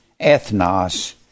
ethnos